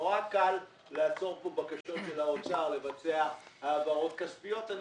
נורא קל לעצור כאן בקשות של האוצר לבצע העברות כספיות.